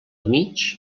mig